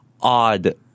odd